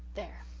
there,